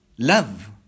Love